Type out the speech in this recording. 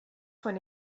von